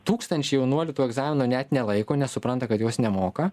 tūkstančiai jaunuolių to egzamino net nelaiko nes supranta kad jos nemoka